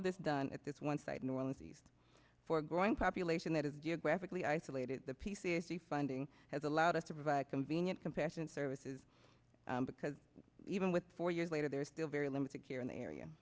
of this done at this one site neurology for a growing population that is geographically isolated the p c c funding has allowed us to provide convenient compassionate services because even with four years later they're still very limited here in the area